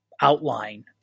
outline